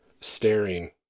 staring